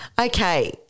Okay